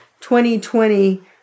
2020